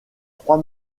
trois